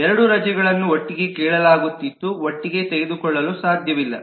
2 ರಜೆಗಳನ್ನು ಒಟ್ಟಿಗೆ ಕೇಳಲಾಗುತ್ತಿತ್ತು ಒಟ್ಟಿಗೆ ತೆಗೆದುಕೊಳ್ಳಲು ಸಾಧ್ಯವಿಲ್ಲ